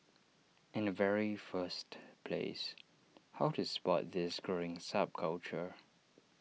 in the very first place how to spot this growing subculture